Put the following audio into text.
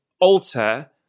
alter